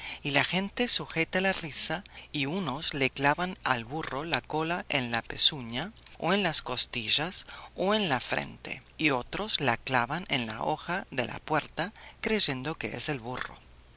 y la gente sujeta la risa y unos le clavan al burro la cola en la pezuña o en las costillas o en la frente y otros la clavan en la hoja de la puerta creyendo que es el burro